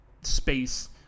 space